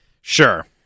sure